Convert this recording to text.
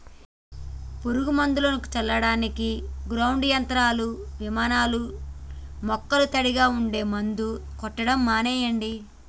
పురుగు మందులను చల్లడానికి గ్రౌండ్ యంత్రాలు, విమానాలూ మొక్కలు తడిగా ఉంటే మందు కొట్టడం మానెయ్యండి